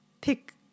pick